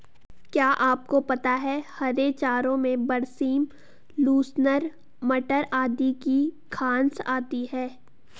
क्या आपको पता है हरे चारों में बरसीम, लूसर्न, मटर आदि की घांस आती है?